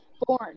born